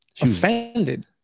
offended